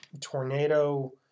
tornado